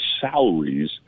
salaries